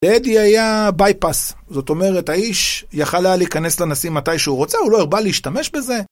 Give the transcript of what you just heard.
אדי היה בייפס, זאת אומרת האיש יכול היה להיכנס לנשיא מתי שהוא רוצה, הוא לא הירבה להשתמש בזה